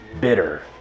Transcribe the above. bitter